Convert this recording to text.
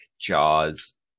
Jaws